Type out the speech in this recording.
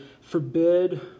forbid